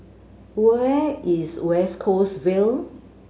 where is West Coast Vale